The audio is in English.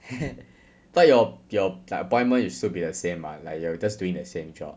like your your like appointment will still be the same [what] like you are just doing the same job